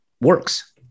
works